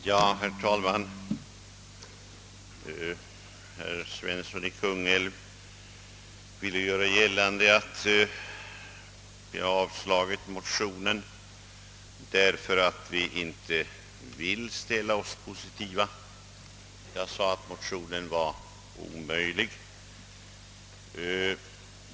Herr talman! Herr Svensson i Kungälv gjorde gällande att vi avslagit motionen därför att vi inte ville ställa oss positiva till den. Jag tillät mig ju säga att motionen är omöjlig.